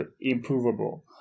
improvable